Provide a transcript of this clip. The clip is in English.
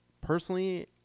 personally